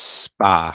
spa